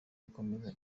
gukomeza